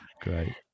Great